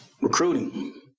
recruiting